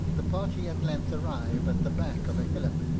the party at length arrive at the back of a hillock,